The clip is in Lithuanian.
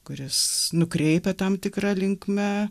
kuris nukreipia tam tikra linkme